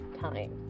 time